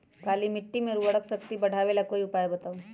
काली मिट्टी में उर्वरक शक्ति बढ़ावे ला कोई उपाय बताउ?